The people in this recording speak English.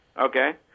okay